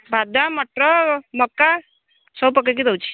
ବାଦାମ ମଟର ମକା ସବୁ ପକେଇକି ଦେଉଛି